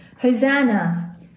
Hosanna